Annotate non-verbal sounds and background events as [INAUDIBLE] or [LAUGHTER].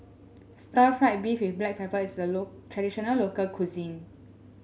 Stir Fried Beef with Black Pepper is a [UNINTELLIGIBLE] traditional local cuisine